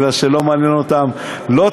כי לא מעניין אותם לא תיירות,